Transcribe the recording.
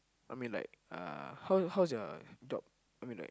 I mean like uh how how's your job I mean like